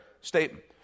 statement